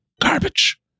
Garbage